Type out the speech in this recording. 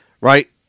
right